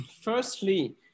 firstly